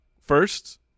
first